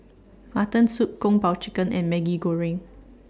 Mutton Soup Kung Po Chicken and Maggi Goreng